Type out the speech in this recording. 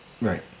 Right